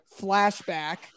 flashback